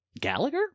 Gallagher